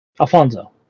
Alfonso